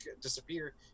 disappear